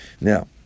Now